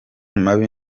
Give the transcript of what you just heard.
mabi